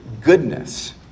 goodness